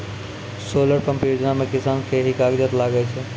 Solar pump योजना म किसान के की कागजात लागै छै?